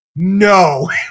No